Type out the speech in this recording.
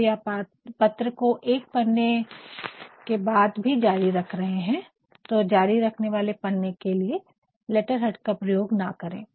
यदि आप पत्र को एक पन्ने के बाद भी जारी रख रहे है तो जारी रखने वाले पन्ने के लिए लेटर हेड का प्रयोग न करे